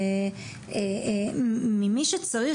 ממי שצריך,